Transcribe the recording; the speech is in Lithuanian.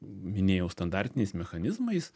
minėjau standartiniais mechanizmais